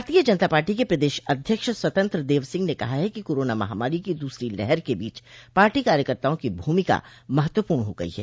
भारतीय जनता पार्टी के प्रदेश अध्यक्ष स्वतंत्र देव सिंह ने कहा है कि कोरोना महामारी की दूसरी लहर के बीच पार्टी कार्यकर्ताओं की भूमिका महत्वपूर्ण हो गई है